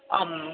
आम्